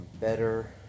better